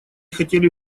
хотели